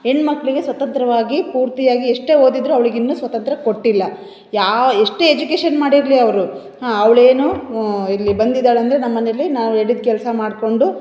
ಹೆಣ್ಮಕ್ಳಿಗೆ ಸ್ವತಂತ್ರವಾಗಿ ಪೂರ್ತಿಯಾಗಿ ಎಷ್ಟೇ ಓದಿದರು ಅವಳಿಗಿನ್ನು ಸ್ವತಂತ್ರ ಕೊಟ್ಟಿಲ್ಲ ಯಾವ ಎಷ್ಟೇ ಎಜುಕೇಷನ್ ಮಾಡಿರಲಿ ಅವರು ಹಾಂ ಅವಳೇನು ಇಲ್ಲಿ ಬಂದಿದಾಳಂದರೆ ನಮ್ಮ ಮನೇಲ್ಲಿ ನಾವೇಳಿದ ಕೆಲಸ ಮಾಡ್ಕೊಂಡು